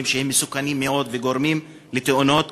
שהם מסוכנים מאוד וגורמים לתאונות קטלניות.